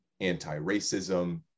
anti-racism